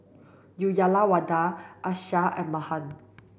Uyyalawada Akshay and Mahan